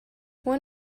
when